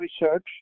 research